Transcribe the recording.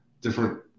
different